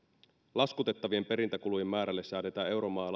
laskutettavien perintäkulujen määrälle säädetään